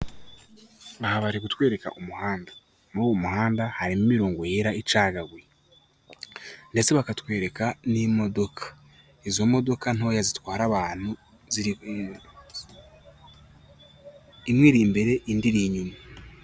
Aha bari kutwereka umuhanda muri uwo muhanda harimo imirongo yera icagaguye ndetse bakatwereka n'imodoka izo modoka ntoya zitwara ziri, imwe iri imbere indi iri inyuma.